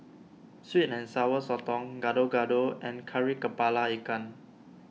Sweet and Sour Sotong Gado Gado and Kari Kepala Ikan